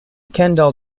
kendall